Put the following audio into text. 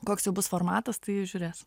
koks jau bus formatas tai žiūrės